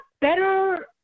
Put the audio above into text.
better